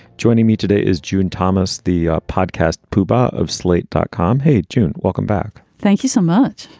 joining me today is june thomas, the podcast puba of slate dot com. hey, june. welcome back. thank you so much.